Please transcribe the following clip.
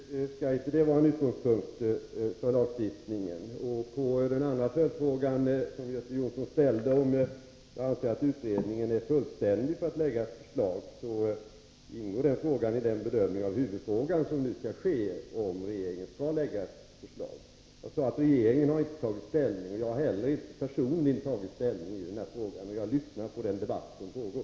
Herr talman! Självfallet skall inte detta vara en utgångspunkt för lagstiftningen. Ten annan följdfråga undrade Göte Jonsson om jag anser att utredningen är tillräckligt fullständig för att man skall kunna lägga fram ett förslag. Jag vill säga att den frågan ingår i den bedömning av huvudfrågan som nu skall ske, nämligen om regeringen skall lägga fram ett förslag. Jag sade i mitt svar att regeringen ännu inte har tagit ställning till förslagen. Jag har inte heller personligen tagit ställning i frågan, och jag lyssnar på den debatt som pågår.